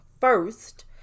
first